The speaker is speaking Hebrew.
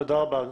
תודה רבה.